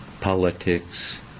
politics